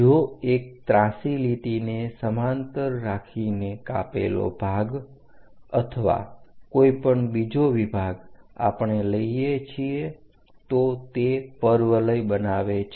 જો એક ત્રાંસી લીટીને સમાંતર રાખીને કાપેલો વિભાગ અથવા કોઈ પણ બીજો વિભાગ આપણે લઈએ છીએ તો તે પરવલય બનાવે છે